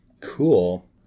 Cool